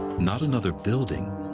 not another building,